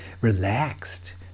relaxed